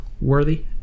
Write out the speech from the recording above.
worthy